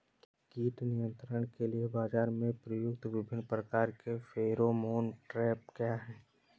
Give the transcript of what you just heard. कीट नियंत्रण के लिए बाजरा में प्रयुक्त विभिन्न प्रकार के फेरोमोन ट्रैप क्या है?